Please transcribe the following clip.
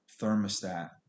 thermostat